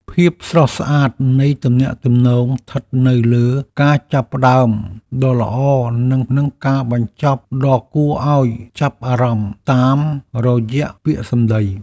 ភាពស្រស់ស្អាតនៃទំនាក់ទំនងស្ថិតនៅលើការចាប់ផ្តើមដ៏ល្អនិងការបញ្ចប់ដ៏គួរឱ្យចាប់អារម្មណ៍តាមរយៈពាក្យសម្តី។